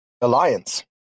alliance